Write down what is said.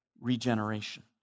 regeneration